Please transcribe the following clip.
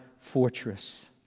fortress